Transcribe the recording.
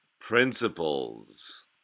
Principles